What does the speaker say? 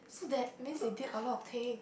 so that means they build a lot of pain